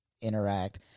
interact